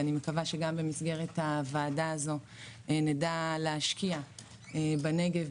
אני מקווה שגם במסגרת הוועדה הזו נדע להשקיע בנגב,